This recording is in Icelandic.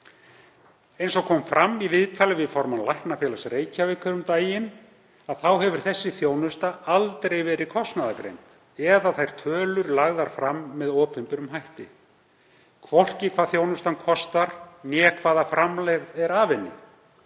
„Eins og kom fram í viðtali við formann Læknafélags Reykjavíkur um daginn þá hefur þessi þjónusta aldrei verið kostnaðargreind eða þær tölur lagðar fram með opinberum hætti, hvorki hvað þjónustan kostar né hvaða framlegð er af henni.